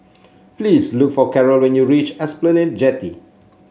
please look for Carrol when you reach Esplanade Jetty